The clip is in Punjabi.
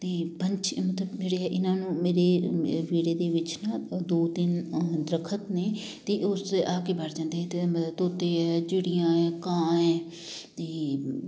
ਅਤੇ ਪੰਛ ਮਤਲਬ ਮੇਰੇ ਇਹਨਾਂ ਨੂੰ ਮੇਰੇ ਅ ਵਿਹੜੇ ਦੇ ਵਿੱਚ ਨਾ ਅ ਦੋ ਤਿੰਨ ਦਰਖਤ ਨੇ ਅਤੇ ਉਸ 'ਤੇ ਆ ਕੇ ਬੈਠ ਜਾਂਦੇ ਹੈ ਤੇ ਮ ਤੋਤੇ ਹੈ ਚਿੜੀਆਂ ਹੈ ਕਾਂ ਹੈ ਅਤੇ